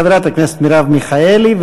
חברת הכנסת מרב מיכאלי,